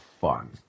fun